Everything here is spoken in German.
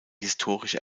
historische